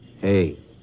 Hey